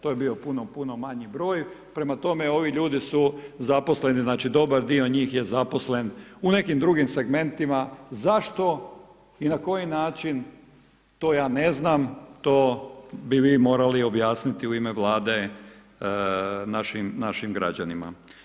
To je bio puno puno manji broj, prema tome, ovi ljudi su zaposleni, znači dobar dio njih je zaposlen u nekim drugim segmentima, zašto i na koji način, to ja ne znam, to bi vi morali objasniti u ime vlade našim građanima.